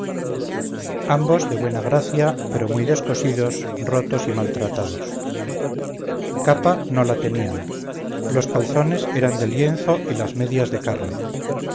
ambos de buena gracia pero muy descosidos rotos y maltratados capa no la tenían los calzones eran de lienzo y las medias de carne